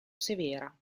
severa